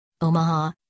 Omaha